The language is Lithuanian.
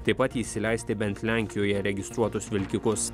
taip pat įsileisti bent lenkijoje registruotus vilkikus